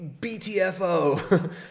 BTFO